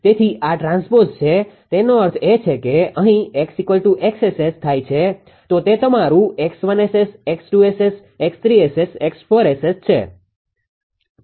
તેથી આ ટ્રાન્સપોઝ છે તેનો અર્થ એ છે કે અહીં X𝑋𝑆𝑆 થાય છે તો તે તમારું 𝑥1𝑆𝑆 𝑥2𝑆𝑆 𝑥3𝑆𝑆 𝑥4𝑆𝑆 છે